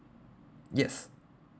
yes